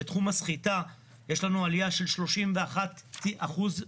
בתחום הסחיטה יש לנו עלייה של 31% בתיקים.